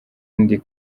ndi